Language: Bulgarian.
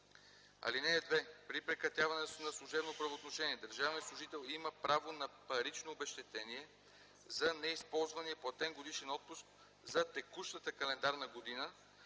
„(2) При прекратяване на служебното правоотношение държавният служител има право на парично обезщетение за неизползвания платен годишен отпуск за текущата календарна година